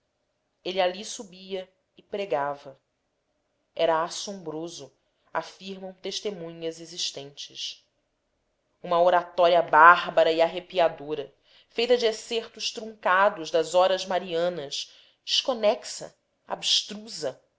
ele ali subia e pregava era assombroso afirmam testemunhas existentes uma oratória bárbara e arrepiadora feita de excertos truncados das horas marianas desconexa abstrusa